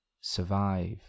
survive